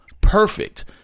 perfect